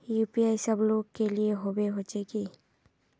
UPI सब लोग के लिए होबे होचे की?